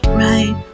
right